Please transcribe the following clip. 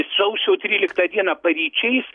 sausio tryliktą dieną paryčiais